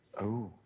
oh!